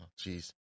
Jeez